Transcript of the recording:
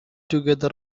together